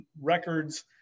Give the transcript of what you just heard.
records